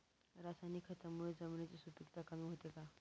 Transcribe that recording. रासायनिक खतांमुळे जमिनीची सुपिकता कमी होते का?